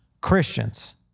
Christians